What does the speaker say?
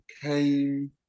came